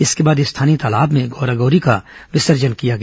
इसके बाद स्थानीय तालाब में गौरा गौरी का विसर्जन किया गया